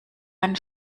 einen